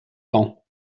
temps